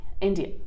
India